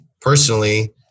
personally